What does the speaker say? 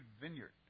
vineyard